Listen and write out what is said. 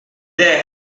that